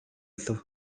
хэлэв